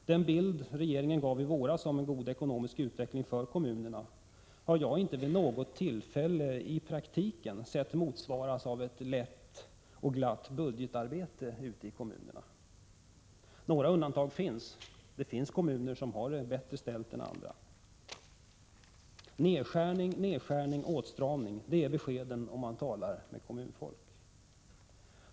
Den bild regeringen gav i våras om en god ekonomisk utveckling för kommunerna har jag inte vid något tillfälle i praktiken sett motsvaras av ett lätt och glatt budgetarbete ute i kommunerna. Några undantag finns. Det finns kommuner som har det bättre ställt än andra. Nedskärning, nedskärning och åtstramning är beskeden man får när man talar med kommunfolk.